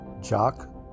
Jock